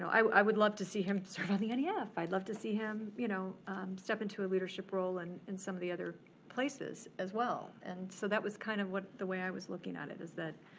i would love to see him around sort of the and yeah nef, i'd love to see him you know step into a leadership role and in some of the other places as well. and so that was kind of what the way i was looking at it, is that